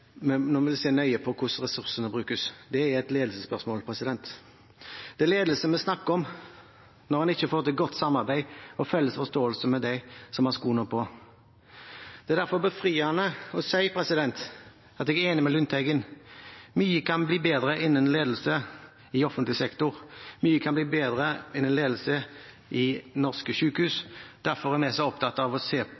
om når vi vil se nøye på hvordan ressursene brukes. Det er et ledelsesspørsmål. Det er ledelse vi snakker om når en ikke får til godt samarbeid og felles forståelse med dem som har skoene på. Det er derfor befriende å si at jeg er enig med Lundteigen: Mye kan bli bedre innen ledelse i offentlig sektor, mye kan bli bedre innen ledelse i norske